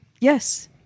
Yes